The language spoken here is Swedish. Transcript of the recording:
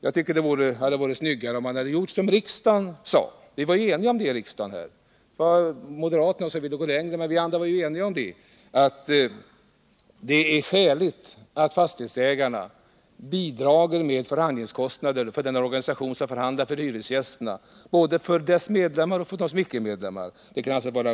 Jag tycker det hade varit trevligare om man hade gjort som en så gott som enig riksdag tidigare sagt — att det är skäligt att fastighetsägarna bidrar till terna, både för sina egna medlemmar och för dem som icke är medlemmar.